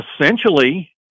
essentially